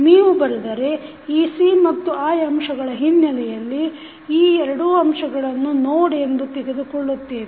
ನೀವು ಬರೆದರೆ ec ಮತ್ತು i ಅಂಶಗಳ ಹಿನ್ನೆಲೆಯಲ್ಲಿ ಈ ಎರಡೂ ಅಂಶಗಳನ್ನು ನೋಡ್ ಎಂದು ತೆಗೆದುಕೊಳ್ಳುತ್ತೇವೆ